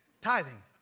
Tithing